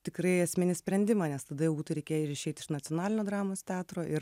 tikrai esminį sprendimą nes tada jau būtų reikėję ir išeit iš nacionalinio dramos teatro ir